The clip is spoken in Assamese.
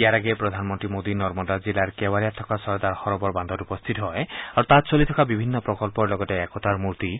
ইয়াৰ আগেয়ে প্ৰধানমন্ত্ৰী মোদী নৰ্মাদা জিলাৰ কেৱাড়িয়াত থকা চৰ্দাৰ সৰোবৰ বান্ধত উপস্থিত হয় আৰু তাত চলি থকা বিভিন্ন প্ৰকল্পৰ লগতে একতাৰ মূৰ্তি